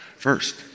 First